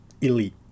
elite